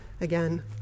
again